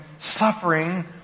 suffering